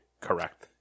correct